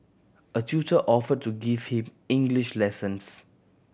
a tutor offered to give him English lessons